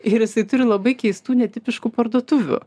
ir jisai turi labai keistų netipiškų parduotuvių